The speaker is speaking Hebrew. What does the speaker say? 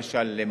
למשל,